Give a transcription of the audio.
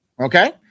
Okay